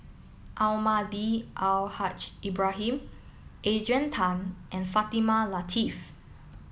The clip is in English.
almahdi Al Haj Ibrahim Adrian Tan and Fatimah Lateef